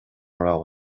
raibh